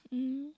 mmhmm